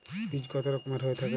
বীজ কত রকমের হয়ে থাকে?